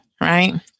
right